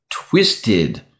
twisted